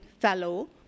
Fellow